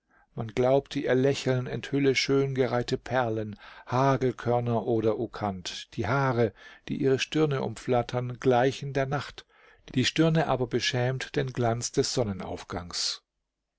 man glaubte ihr lächeln enthülle schön gereihte perlen hagelkörner oder ukanth die haare die ihre stirne umflattern gleichen der nacht die stirne aber beschämt den glanz des sonnenaufgangs